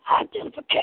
identification